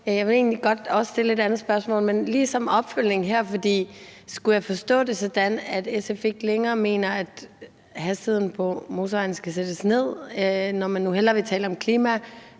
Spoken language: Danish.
jeg vil egentlig godt også stille et andet spørgsmål, men lige som opfølgning her vil jeg spørge om, om jeg skulle forstå det sådan, at SF ikke længere mener, at hastigheden på motorvejene skal sættes ned, når man nu hellere vil tale om